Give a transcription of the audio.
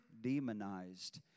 demonized